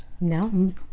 No